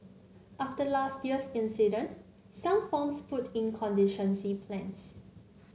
after last year's incident some farms put in contingency plans